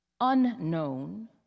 unknown